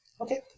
Okay